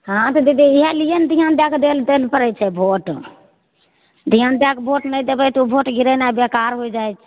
हाँ तऽ दीदी इएहे लिअ ने ध्यान दैके दैल पड़य छै वोट ध्यान दै कऽ वोट नहि देबय तऽ उ वोट गिरेनाइ बेकार होइ जाइ छै